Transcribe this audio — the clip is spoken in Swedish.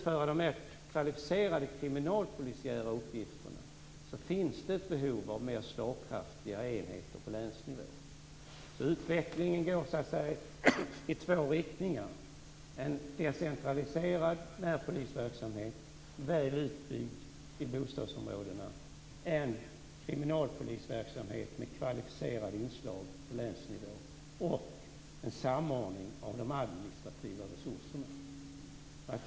För de mest kvalificerade kriminalpolisiära uppgifterna finns det ett behov av mer slagkraftiga enheter på länsnivå. Utvecklingen går i två riktningar: en decentraliserad närpolisverksamhet, väl utbyggd i bostadsområdena, respektive en kriminalpolisverksamhet med kvalificerade inslag på länsnivå och en samordning av de administrativa resurserna.